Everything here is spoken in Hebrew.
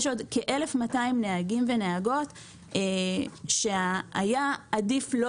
יש עוד כ-1,200 נהגים ונהגות שהיה עדיף לא